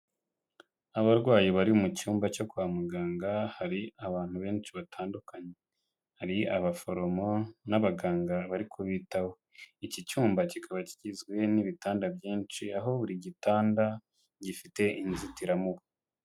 Abarwayi bari mu cyumba cyo kwa muganga hari abantu benshi batandukanye, hari abaforomo n'abaganga bari kubitaho iki cyumba kikaba kigizwe n'ibitanda byinshi aho buri gitanda gifite inzitiramubu.